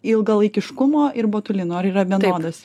ilgalaikiškumo ir botulino ar yra vienodas